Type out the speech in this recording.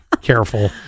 Careful